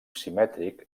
simètric